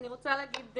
מקצוע,